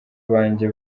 banjye